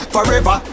Forever